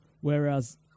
Whereas